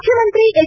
ಮುಖ್ಯಮಂತ್ರಿ ಎಚ್